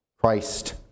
Christ